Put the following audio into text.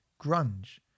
grunge